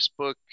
Facebook